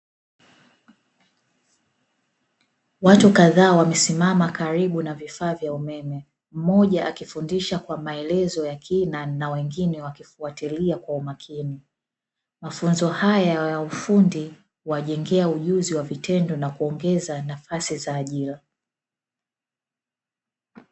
Watu kadhaa wamesimama karibu ya vifaa vya umeme akifundisha wengine wakifuatilia kwa umakini wa hali ya juu